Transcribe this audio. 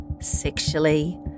sexually